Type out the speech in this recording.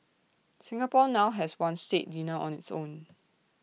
Singapore now has one state dinner on its own